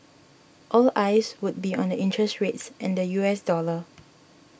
all eyes would be on interest rates and the U S dollar